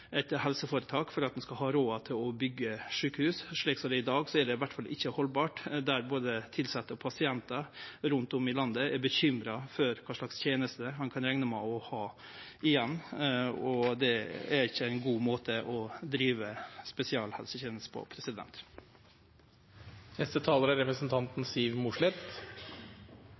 eit helseføretak for at ein skal ha råd til å byggje sjukehus. Slik det er i dag, er det iallfall ikkje haldbart, når både tilsette og pasientar rundt om i landet er bekymra for kva slags tenester ein kan rekne med å ha igjen. Det er ikkje ein god måte å drive spesialisthelseteneste på. Sannheten er